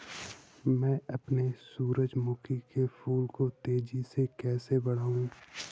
मैं अपने सूरजमुखी के फूल को तेजी से कैसे बढाऊं?